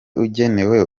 ugenewe